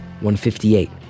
158